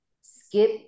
Skip